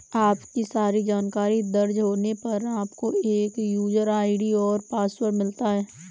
आपकी सारी जानकारी दर्ज होने पर, आपको एक यूजर आई.डी और पासवर्ड मिलता है